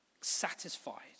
satisfied